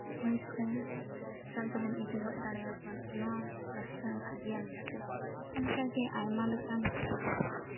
ᱦᱟᱹᱭᱼᱯᱷᱟᱹᱭ ᱦᱟᱥᱯᱟᱛᱟᱞ ᱛᱮᱵᱚᱱ ᱤᱫᱤ ᱦᱚᱫ ᱫᱟᱲᱮᱭᱟᱠᱚ ᱠᱟᱱᱟ ᱱᱚᱣᱟ ᱨᱟᱥᱛᱟ ᱵᱷᱟᱹᱜᱤᱭᱟᱱ ᱠᱷᱟᱹᱛᱤᱨ ᱚᱱᱠᱟᱜᱮ ᱟᱭᱢᱟ ᱞᱮᱠᱟᱱ